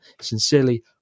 Sincerely